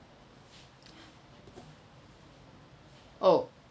oh